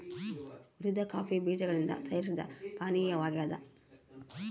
ಹುರಿದ ಕಾಫಿ ಬೀಜಗಳಿಂದ ತಯಾರಿಸಿದ ಪಾನೀಯವಾಗ್ಯದ